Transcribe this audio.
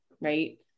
right